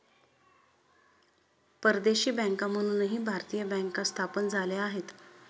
परदेशी बँका म्हणूनही भारतीय बँका स्थापन झाल्या आहेत